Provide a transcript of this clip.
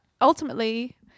ultimately